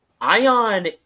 Ion